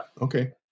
Okay